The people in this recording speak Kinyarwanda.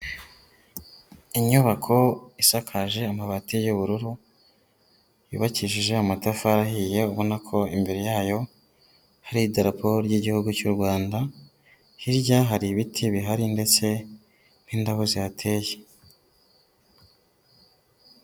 Inyubako isakaje amabati y'ubururu yubakijije amatafari ahiye, ubona ko imbere yayo hari idarapo ry'Igihugu cy'u Rwanda, hirya hari ibiti bihari ndetse n'indabo zihateye.